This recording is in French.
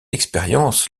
expérience